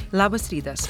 labas rytas